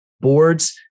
boards